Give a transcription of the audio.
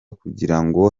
kugirango